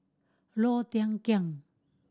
Low Thia Khiang